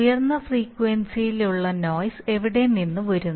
ഉയർന്ന ഫ്രീക്വൻസിയിലുള്ള നോയിസ് എവിടെ നിന്ന് വരുന്നു